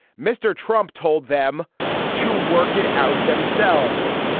mr trump told them to work it out themselves.